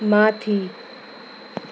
माथि